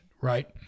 right